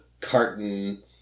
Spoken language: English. carton